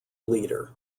leader